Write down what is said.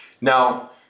Now